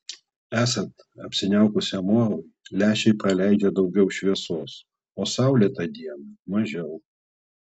esant apsiniaukusiam orui lęšiai praleidžia daugiau šviesos o saulėtą dieną mažiau